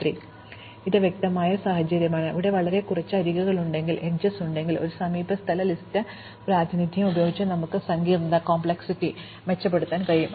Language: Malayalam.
അതിനാൽ ഇത് വ്യക്തമായും ഒരു സാഹചര്യമാണ് ഇവിടെ നമുക്ക് വളരെ കുറച്ച് അരികുകളുണ്ടെങ്കിൽ ഒരു സമീപസ്ഥല ലിസ്റ്റ് പ്രാതിനിധ്യം ഉപയോഗിച്ച് നമുക്ക് സങ്കീർണ്ണത മെച്ചപ്പെടുത്താൻ കഴിയും